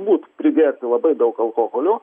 būt pridėt labai daug alkoholio